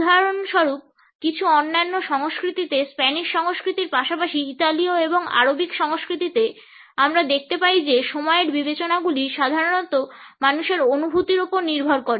উদাহরণস্বরূপ কিছু অন্যান্য সংস্কৃতিতে স্প্যানিশ সংস্কৃতির পাশাপাশি ইতালীয় এবং আরবিক সংস্কৃতিতে আমরা দেখতে পাই যে সময়ের বিবেচনাগুলি সাধারণত মানুষের অনুভূতির ওপর নির্ভর করে